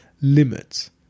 limits